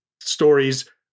stories